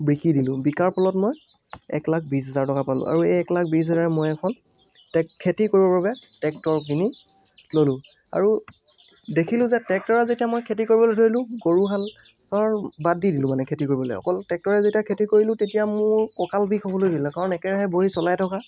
বিক্ৰী দিলোঁ বিকাৰ ফলত মই এক লাখ বিছ হাজাৰ টকা পালোঁ আৰু এই এক লাখ বিছ হাজাৰে মই এখন খেতি কৰিবৰ বাবে ট্ৰেক্টৰ কিনি ল'লোঁ আৰু দেখিলোঁ যে ট্ৰেক্টৰেৰে যেতিয়া মই খেতি কৰিবলৈ ধৰিলোঁ গৰু হালৰ বাদ দি দিলোঁ মানে খেতি কৰিবলৈ অকল ট্ৰেক্টৰেৰে যেতিয়া খেতি কৰিলোঁ তেতিয়া মোৰ ককাল বিষ হ'বলৈ ধৰিলে কাৰণ একেৰাহে বহি চলাই থকা